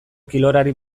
kirolari